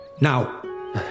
Now